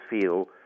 feel